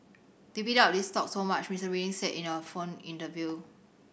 they bid up these stocks so much Mister Reading said in a phone interview